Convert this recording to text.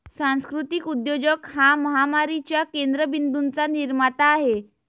सांस्कृतिक उद्योजक हा महामारीच्या केंद्र बिंदूंचा निर्माता आहे